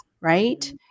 right